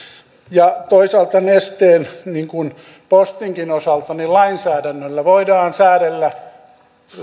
toisaalta nesteen niin kuin postinkin osalta lainsäädännöllä voidaan säädellä